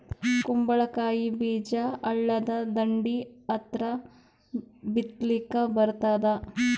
ಕುಂಬಳಕಾಯಿ ಬೀಜ ಹಳ್ಳದ ದಂಡಿ ಹತ್ರಾ ಬಿತ್ಲಿಕ ಬರತಾದ?